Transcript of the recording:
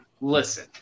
listen